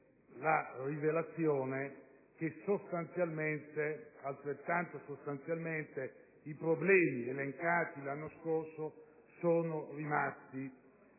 la rivelazione che altrettanto sostanzialmente i problemi elencati l'anno scorso sono rimasti,